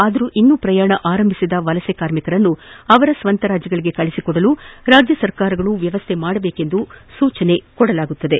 ಆದರೂ ಇನ್ನೂ ಪ್ರಯಾಣ ಆರಂಭಿಸದ ವಲಸೆ ಕಾರ್ಮಿಕರನ್ನು ಅವರ ಸ್ವಂತ ರಾಜ್ಯಗಳಿಗೆ ಕಳುಹಿಸಿಕೊಡಲು ರಾಜ್ಯ ಸರ್ಕಾರಗಳು ವ್ಯವಸ್ಥೆ ಕಲ್ಪಿಸಬೇಕೆಂದು ಸೂಚಿಸಲಾಗುವುದು